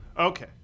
Okay